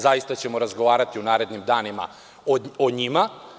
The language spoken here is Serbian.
Zaista ćemo razgovarati u narednim danima o njima.